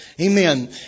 Amen